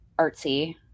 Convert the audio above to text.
artsy